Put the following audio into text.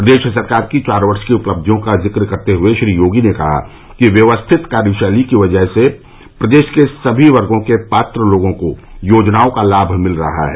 प्रदेश सरकार की चार वर्ष की उपलब्धियों का जिक करते हुए श्री योगी ने कहा कि व्यवस्थित कार्यशैली की वजह से प्रदेश के सभी वर्गो के पात्र लोगों को योजनाओं का लाभ मिल रहा है